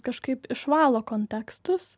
kažkaip išvalo kontekstus